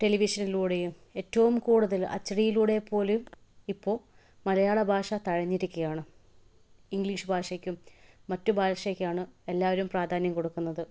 ടെലിവിഷനിലൂടെയും ഏറ്റവും കൂടുതൽ അച്ചടിയിലൂടെ പോലും ഇപ്പോൾ മലയാള ഭാഷ തഴഞ്ഞിരിക്കുകയാണ് ഇംഗ്ലീഷ് ഭാഷയ്ക്കും മറ്റ് ഭാഷയ്ക്കാണ് എല്ലാവരും പ്രാധാന്യം കൊടുക്കുന്നത്